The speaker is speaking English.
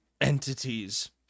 entities